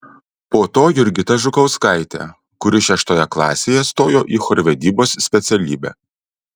po to jurgita žukauskaitė kuri šeštoje klasėje stojo į chorvedybos specialybę